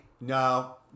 No